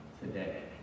today